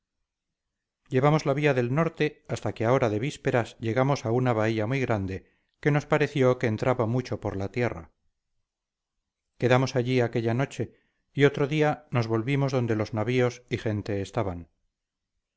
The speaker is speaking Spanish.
llevamos la vía del norte hasta que a hora de vísperas llegamos a una bahía muy grande que nos pareció que entraba mucho por la tierra quedamos allí aquella noche y otro día nos volvimos donde los navíos y gente estaban